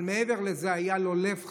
אבל מעבר לזה, היה לו לב חם.